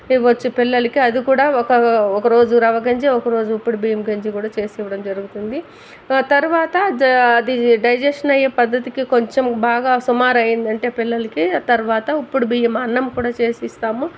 ఇవ్వచ్చు పిల్లలకి అది కూడా ఒక ఓ ఒక రోజు రవ్వ గంజి ఒక రోజు ఉప్పుడు బియ్యం గంజి కూడా చేసివ్వడం జరుగుతుంది తర్వాత త అది డైజెస్ట్ అయ్యే పద్ధతికి కొంచెం బాగా సుమారు అయ్యిందంటే పిల్లలకి తర్వాత ఉప్పుడు బియ్యం అన్నం కూడా చేసి ఇస్తాము